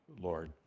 Lord